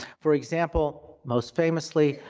for example, most famously,